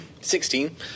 Sixteen